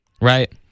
Right